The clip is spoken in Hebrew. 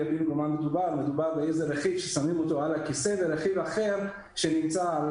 מדובר באיזה רכיב ששמים על הכיסא ורכיב אחר שנמצא על